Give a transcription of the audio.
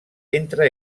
entre